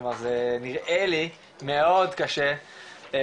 כלומר זה נראה לי מאוד קשה,